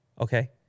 okay